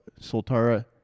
Soltara